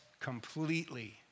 Completely